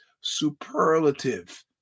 superlative